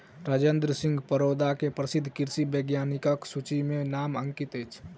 राजेंद्र सिंह परोदा के प्रसिद्ध कृषि वैज्ञानिकक सूचि में नाम अंकित अछि